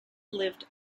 lived